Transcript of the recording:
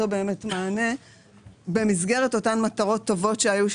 באמת מענה במסגרת אותן מטרות טובות שהיו.